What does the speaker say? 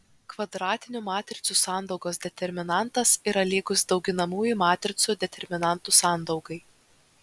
kvadratinių matricų sandaugos determinantas yra lygus dauginamųjų matricų determinantų sandaugai